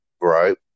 Right